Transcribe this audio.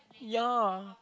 ya